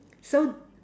so